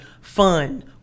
fun